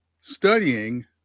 studying